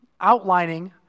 outlining